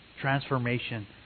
Transformation